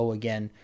again